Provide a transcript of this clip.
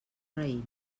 raïm